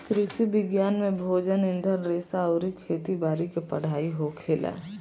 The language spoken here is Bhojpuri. कृषि विज्ञान में भोजन, ईंधन रेशा अउरी खेती बारी के पढ़ाई होखेला